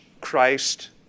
Christ